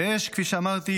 ויש להן, כפי שאמרתי,